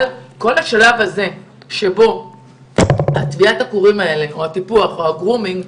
אבל כל השלב הזה של טוויית הקורים האלה או הטיפוח או הגרומינג,